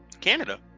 Canada